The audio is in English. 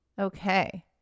Okay